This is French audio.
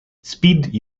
speed